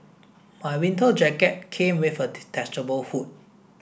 my winter jacket came with a detachable hood